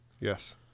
yes